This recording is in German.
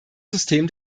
system